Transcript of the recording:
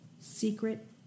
Secret